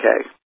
okay